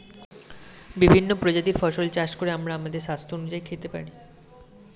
বিভিন্ন প্রজাতির ফসল চাষ করে আমরা আমাদের স্বাস্থ্য অনুযায়ী খেতে পারি